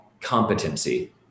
competency